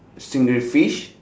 stingray fish